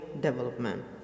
Development